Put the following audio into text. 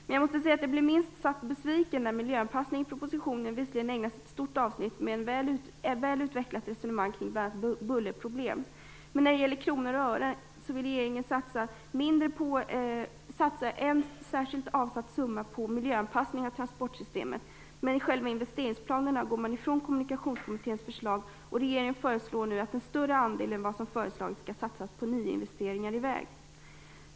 Miljöanpassningen ägnas ett stort avsnitt i propositionen, med ett väl utvecklat resonemang kring bullerproblemen. När det gäller kronor och ören vill regeringen satsa en särskilt avsatt summa på miljöanpassningen av transportsystemen. Men jag måste säga att jag blev minst sagt besviken när jag såg att i själva investeringsplanerna går regeringen ifrån Kommunikationskommitténs förslag och föreslår nu att en större andel än vad kommittén föreslagit skall satsas på nyinvesteringen i vägar.